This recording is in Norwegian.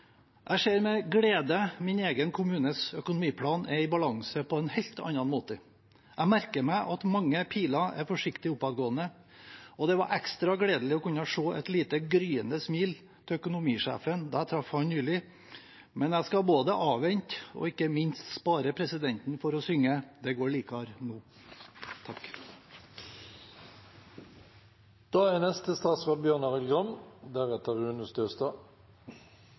Jeg ser med glede at min egen kommunes økonomiplan er i balanse på en helt annen måte. Jeg merker meg at mange piler er forsiktig oppadgående, og det var ekstra gledelig å kunne se et lite, gryende smil hos økonomisjefen da jeg traff ham nylig. Men jeg skal både avvente og ikke minst spare presidenten for å synge: Det går